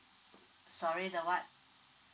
sorry the what